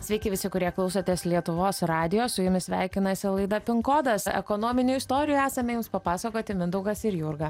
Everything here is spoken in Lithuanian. sveiki visi kurie klausotės lietuvos radijo su jumis sveikinasi laida pin kodas ekonominių istorijų esame jums papasakoti mindaugas ir jurga